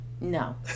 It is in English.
No